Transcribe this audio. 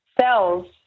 cells